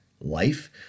life